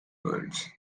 words